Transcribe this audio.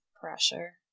pressure